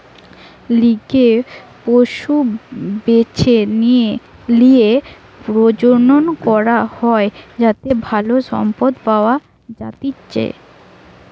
লিজে পশু বেছে লিয়ে প্রজনন করা হয় যাতে ভালো সম্পদ পাওয়া যাতিচ্চে